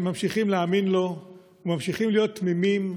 שממשיכים להאמין לו וממשיכים להיות תמימים,